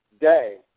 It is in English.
day